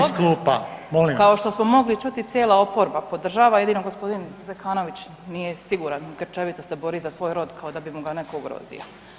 Ovaj prijedlog kao što smo mogli čuti, cijela oporba podržava jedino gospodin Zekanović nije siguran, grčevito se bori za svoj rod kao da bi mu ga netko ugrozio.